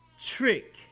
trick